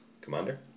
Commander